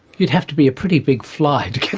you'd have to be a pretty big fly to